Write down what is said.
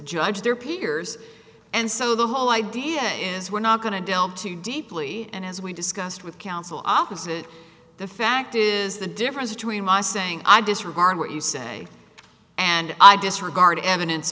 judge their peers and so the whole idea is we're not going to delve too deeply and as we discussed with council offices the fact is the difference between my saying i disregard what you say and i disregard evidence